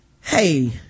Hey